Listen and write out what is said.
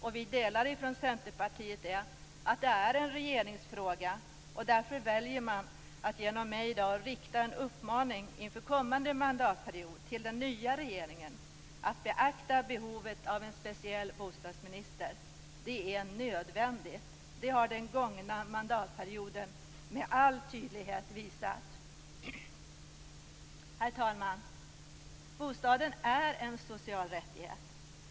Centerpartiet anser att detta är en regeringsfråga och väljer därför att genom mig i dag rikta en uppmaning inför kommande mandatperiod till den nya regeringen att beakta behovet av en speciell bostadsminister. Det är nödvändigt; det har den gångna mandatperioden med all tydlighet visat. Herr talman! Bostaden är en social rättighet.